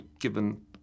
given